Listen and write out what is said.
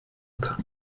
kann